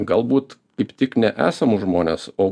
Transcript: galbūt kaip tik ne esamus žmones o